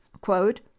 quote